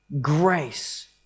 grace